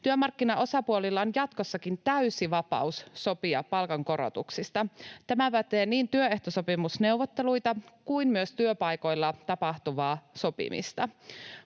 Työmarkkinaosapuolilla on jatkossakin täysi vapaus sopia palkankorotuksista. Tämä koskee niin työehtosopimusneuvotteluita kuin myös työpaikoilla tapahtuvaa sopimista.